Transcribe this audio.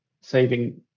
saving